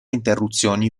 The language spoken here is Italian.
interruzioni